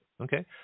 okay